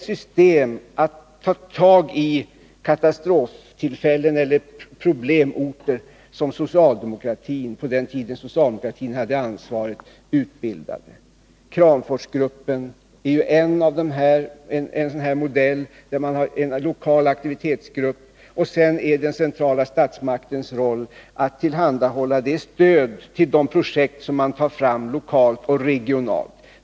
Systemet att ta tag i katastroftillfällen och problemorter var det faktiskt socialdemokratin, på den tid socialdemokratin hade ansvaret, som utbildade. Kramforsgruppen bygger på en sådan modell med en lokal aktivitetsgrupp. Den centrala statsmaktens roll är därvid att tillhandahålla ett stöd till de projekt som man tar fram lokalt och regionalt.